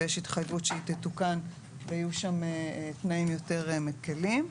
ויש התחייבות שהיא תתוקן ויהיו שם תנאים יותר מקלים,